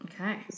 Okay